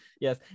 Yes